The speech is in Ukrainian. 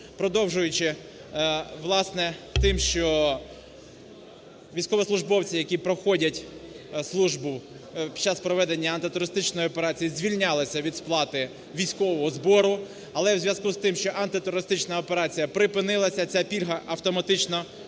продовжуючи, власне, тим, що військовослужбовці, які проходять службу під час проведення антитерористичної операції звільнялися від сплати військового збору. А в зв'язку з тим, що антитерористична операція припинилася, ця пільга автоматично втратила